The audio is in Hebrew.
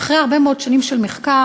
אחרי הרבה מאוד שנים של מחקר,